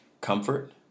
comfort